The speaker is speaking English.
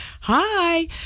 Hi